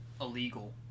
illegal